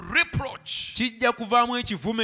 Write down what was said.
reproach